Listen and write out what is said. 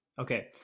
Okay